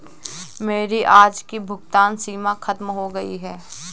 मेरी आज की भुगतान सीमा खत्म हो गई है